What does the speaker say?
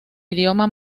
idioma